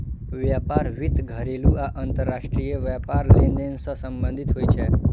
व्यापार वित्त घरेलू आ अंतरराष्ट्रीय व्यापार लेनदेन सं संबंधित होइ छै